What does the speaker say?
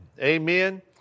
Amen